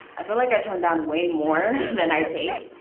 i feel like i turn down way more than i take,